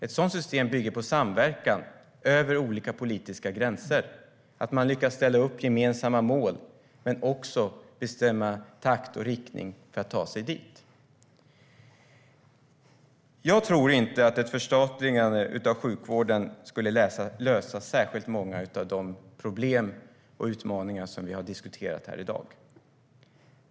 Ett sådant system bygger på samverkan över olika politiska gränser, att man lyckas ställa upp gemensamma mål men också att man bestämmer takt och riktning för att ta sig dit. Jag tror inte att ett förstatligande av sjukvården skulle lösa särskilt många av de problem och utmaningar som vi har diskuterat här i dag.